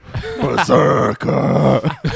Berserker